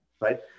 right